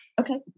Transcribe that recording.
Okay